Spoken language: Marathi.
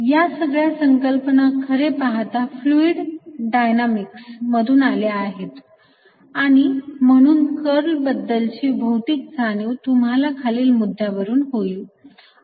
या सगळ्या संकल्पना खरे पाहता फ्लुइड डायनॅमिक्स मधून आल्या आहेत आणि म्हणून कर्ल बद्दलची भौतिक जाणीव तुम्हाला खालील मुद्द्यांवरून होईल